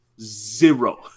Zero